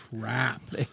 crap